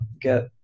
get